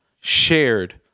shared